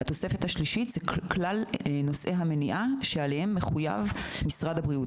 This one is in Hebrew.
התוספת השלישית מתייחסת לכלל נושאי המניעה שמשרד הבריאות מחויב להם.